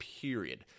Period